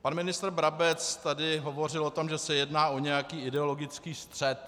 Pan ministr Brabec tady hovořil o tom, že se jedná o nějaký ideologický střet.